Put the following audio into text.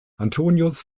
antonius